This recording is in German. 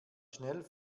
schnell